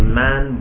man